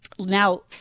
Now